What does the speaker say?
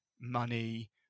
money